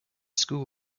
school